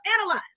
analyze